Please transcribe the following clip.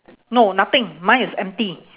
no nothing mine is empty